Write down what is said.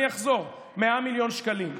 אני אחזור: 100 מיליון שקלים.